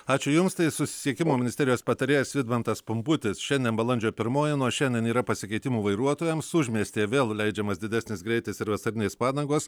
ačiū jums tai susisiekimo ministerijos patarėjas vidmantas pumputis šiandien balandžio pirmoji nuo šiandien yra pasikeitimų vairuotojams užmiestyje vėl leidžiamas didesnis greitis ir vasarinės padangos